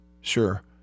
Sure